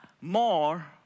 more